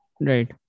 right